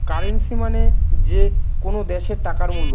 currency মানে যে কোনো দ্যাশের টাকার মূল্য